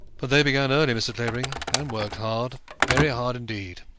but they began early, mr. clavering and worked hard very hard indeed.